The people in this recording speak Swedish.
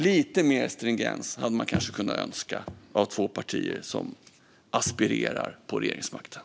Lite mer stringens hade man kanske kunnat önska av två partier som aspirerar på regeringsmakten.